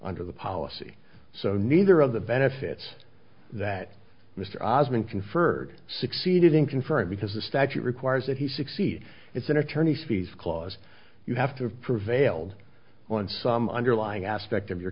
under the policy so neither of the benefits that mr ozment conferred succeeded in conferring because the statute requires that he succeed it's an attorney fees clause you have to have prevailed on some underlying aspect of your